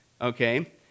okay